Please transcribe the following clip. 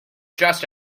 just